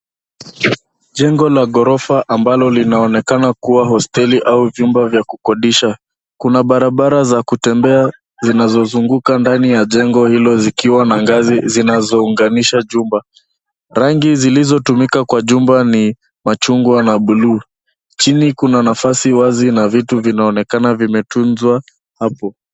Jengo la ghorofa ambalo linaonekana kuwa hosteli au vyumba vya kukodisha. Kuna barabara za kutembea vinazo zunguka ndani ya jengo hilo zikiwa na ngazi zinazo unganisha jumba. Rangi zilizo tumika kwa jumba ni machungwa na bluu, chini kuna nafasi wazi na vitu vinaonekana vimetunzwa hapo.